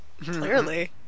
Clearly